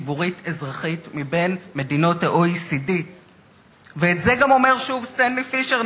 ציבורית-אזרחית מבין מדינות ה-,OECD ואת זה גם אומר שוב סטנלי פישר,